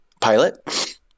pilot